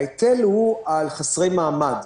ההיטל הוא על חסרי מעמד.